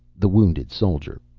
the wounded soldier.